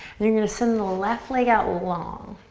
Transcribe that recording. then you're gonna send the left leg out long.